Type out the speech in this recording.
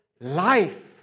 life